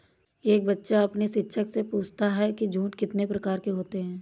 एक बच्चा अपने शिक्षक से पूछता है कि जूट कितने प्रकार के होते हैं?